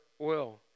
oil